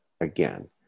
again